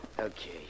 Okay